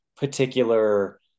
particular